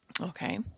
Okay